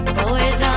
Boys